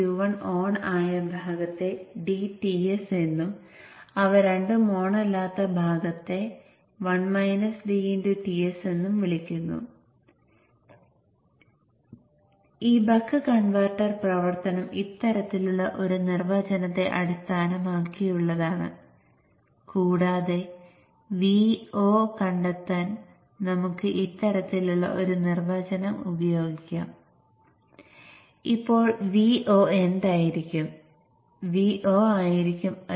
Q1 Q2 Q3 Q4 എന്നിവ ഇപ്പോൾ ഒരു ഫുൾ ബ്രിഡ്ജ് കൺവെർട്ടർ രൂപീകരിക്കുന്നു